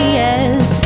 yes